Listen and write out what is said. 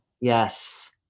Yes